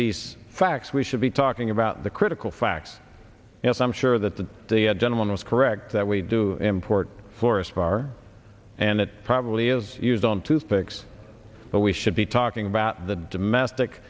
these facts we should be talking about the critical facts yes i'm sure that the gentleman is correct that we do import florus far and it probably is used on toothpicks but we should be talking about the domestic